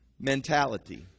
mentality